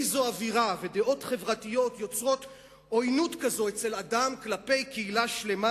איזו אווירה ודעות חברתיות יוצרות עוינות כזאת אצל אדם כלפי קהילה שלמה,